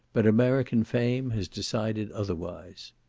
but american fame has decided otherwise.